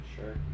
sure